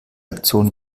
aktion